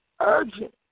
urgent